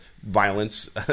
violence